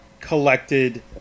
collected